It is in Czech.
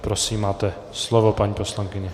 Prosím, máte slovo, paní poslankyně.